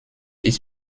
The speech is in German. ist